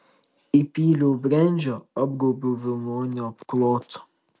įpyliau brendžio apgaubiau vilnoniu apklotu